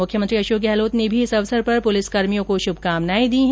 मुख्यमंत्री अशोक गहलोत ने भी इस अवसर पर पुलिसकर्मियों को श्रुभकामनाएं दी हैं